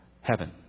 Heaven